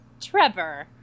Trevor